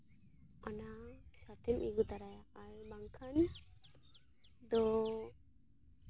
ᱚᱱᱟ ᱥᱟᱛᱮᱢ ᱤᱫᱤ ᱛᱟᱨᱟᱭᱟ ᱟᱨ ᱵᱟᱝᱠᱷᱟᱱ ᱫᱚ